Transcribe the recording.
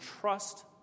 trust